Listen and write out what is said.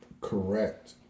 correct